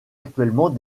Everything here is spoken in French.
actuellement